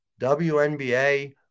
WNBA